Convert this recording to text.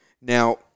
Now